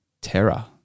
terror